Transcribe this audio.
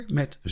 met